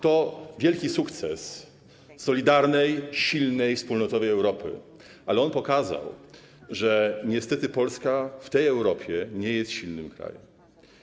To wielki sukces solidarnej, silnej, wspólnotowej Europy, ale on pokazał, że niestety Polska w tej Europie nie jest silnym krajem.